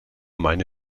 meine